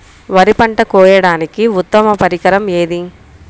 వరి పంట కోయడానికి ఉత్తమ పరికరం ఏది?